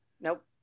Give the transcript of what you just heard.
Nope